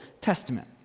Testament